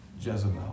Jezebel